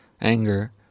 anger